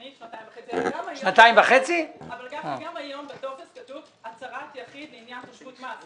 שנתיים וחצי אבל גם היום בטופס כתוב: הצהרת יחיד לעניין רישום מס.